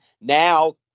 now